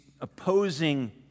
opposing